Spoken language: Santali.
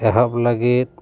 ᱮᱦᱚᱵ ᱞᱟᱹᱜᱤᱫ